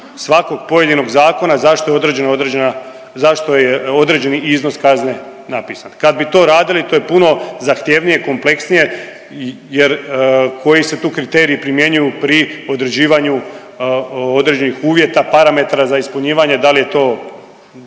je određeno određena, zašto je određeni iznos kazne napisan. Kad bi to radili to je puno zahtjevnije i kompleksnije jer koji se tu kriteriji primjenjuju pri određivanju određenih uvjeta i parametara za ispunjivanje, da li je to,